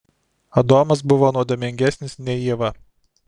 adomas buvo nuodėmingesnis nei ieva